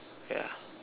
yeah